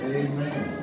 amen